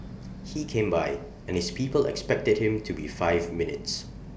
he came by and his people expected him to be five minutes